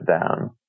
down